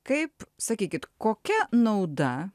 kaip sakykit kokia nauda